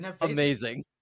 amazing